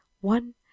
one